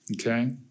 Okay